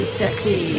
sexy